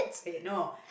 but ye~ no